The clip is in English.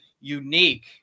unique